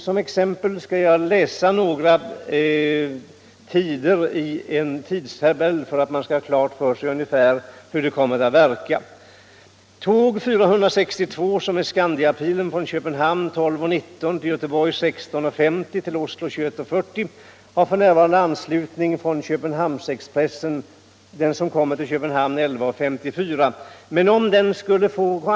Som exempel hirpå skall jag läsa upp några tider i en tidtabell för att klargöra ungefär hur en ändrad tidsberäkning kommer att verka. Tåg 462 Skandiapilen har f. n. anslutning från Köpenhamnsexpressen . Med ankomst kl.